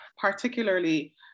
particularly